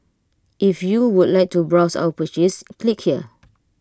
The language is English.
if you would like to browse or purchase click here